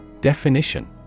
Definition